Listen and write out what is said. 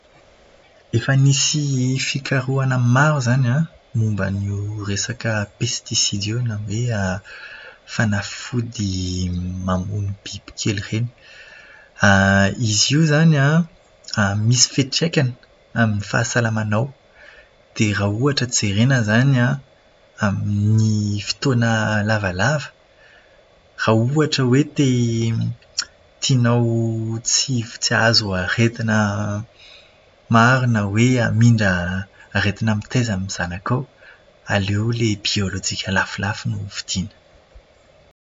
Efa nisy fikarohana maro izany an, momba an'io resaka pestisida io na hoe fanafody mamono bibikely ireny. Izy io izany an, misy fiantraikany amin'ny fahasalamanao. Dia raha ohatra jerena izany an, amin'ny fotoana lavalava, raha ohatra hoe te- tianao tsy tsy hahazo aretina maro na hoe hamindra aretina mitaiza amin'ny zanakao, aleo ilay biolojika lafolafo no vidiana.